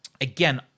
again